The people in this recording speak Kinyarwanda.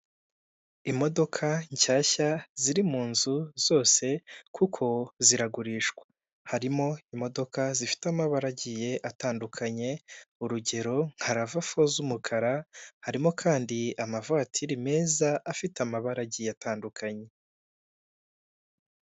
Imodoka nshyashya ziri mu nzu zose kuko ziragurishwa harimo imodoka zifite amabara agiye atandukanye urugero, nka lava fo z'umukara, harimo kandi amavatiri meza afite amabara agiye atandukanye.